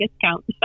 discount